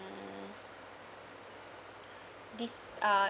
this uh